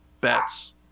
bets